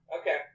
okay